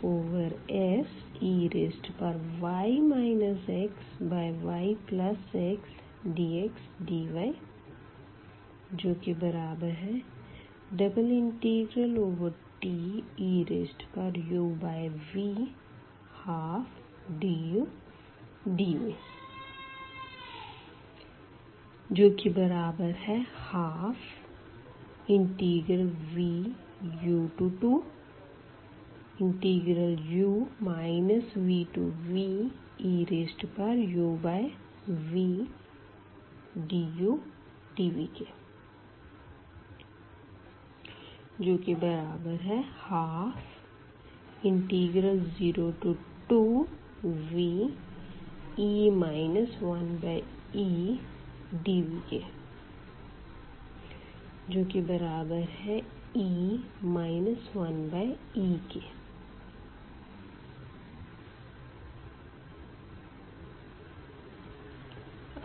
Sey xyxdxdyTeuv12dudv 12v02u vveuvdudv 1202ve 1edv e 1e